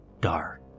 dark